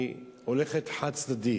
היא הולכת חד-צדדית.